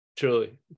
Truly